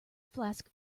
flask